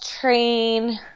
train